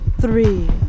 three